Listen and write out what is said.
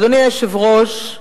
אדוני היושב-ראש,